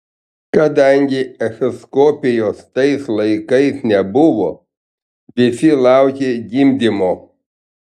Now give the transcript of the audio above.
kadangi echoskopijos tais laikais nebuvo visi laukė gimdymo